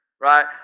right